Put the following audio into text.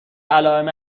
علائم